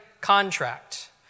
contract